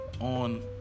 on